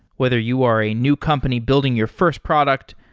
whether you are a new company building your first product,